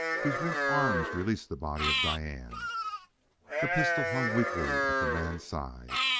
whose limp arms released the body of diane the pistol hung weakly at the man's side.